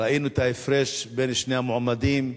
ראינו את ההפרש בין שני המועמדים,